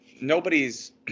nobody's